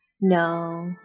No